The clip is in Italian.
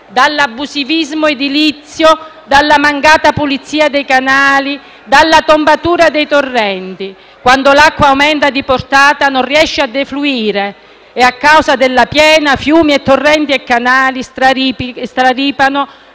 dall'abusivismo edilizio, dalla mancata pulizia dei canali, dalla tombatura dei torrenti. Quando l'acqua aumenta di portata non riesce a defluire e, a causa della piena, fiumi, torrenti e canali straripano,